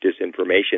disinformation